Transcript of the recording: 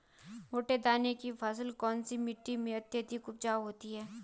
मोटे दाने की फसल कौन सी मिट्टी में अत्यधिक उपजाऊ होती है?